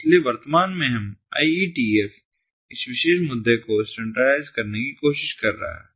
इसलिए वर्तमान में IETF इस विशेष मुद्दे को स्टैंडर्डाइज करने की कोशिश कर रहा है